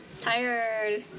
tired